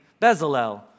Bezalel